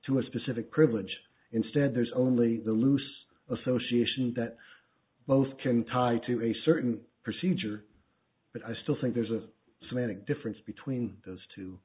to a specific privilege instead there's only the loose association that both can tie to a certain procedure but i still think there's a semantic difference between those two